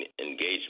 engagement